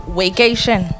vacation